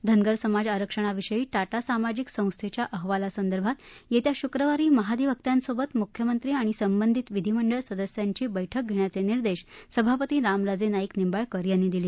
धनगर समाज आरक्षणाविषयी टाटा सामाजिक संस्थेच्या अहवालासंदर्भात येत्या शुक्रवारी महाधिवक्त्यांसोबत मुख्यमंत्री आणि संबंधित विधिमंडळ सदस्यांची बैठक घेण्याचे निर्देश सभापती रामराजे नाईक निंबाळकर यांनी दिले